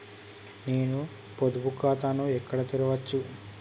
నేను పొదుపు ఖాతాను ఎక్కడ తెరవచ్చు?